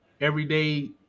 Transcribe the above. everyday